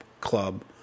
club